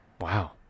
Wow